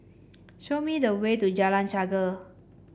show me the way to Jalan Chegar